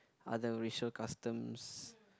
other racial customs